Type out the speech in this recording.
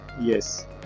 yes